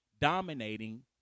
dominating